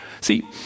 See